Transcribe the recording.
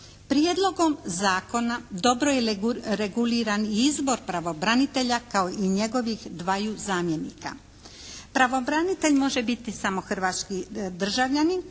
Prijedlogom zakona dobro je reguliran i izbor pravobranitelja kao i njegovih dvaju zamjenika. Pravobranitelj može biti samo hrvatski državljanin